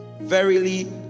Verily